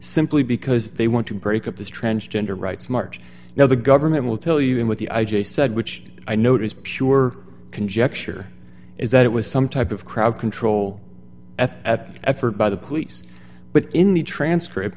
simply because they want to break up this transgender rights march now the government will tell you and with the i j a said which i notice pure conjecture is that it was some type of crowd control at effort by the police but in the transcript